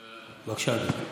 בבקשה, אדוני.